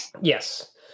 Yes